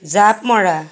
জাঁপ মৰা